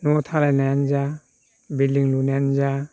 न'आव थालायनायानो जा बिल्डिं लुनायानो जा